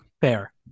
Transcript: Fair